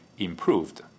improved